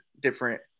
different